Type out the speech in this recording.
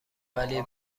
ولی